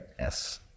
yes